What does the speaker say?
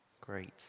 Great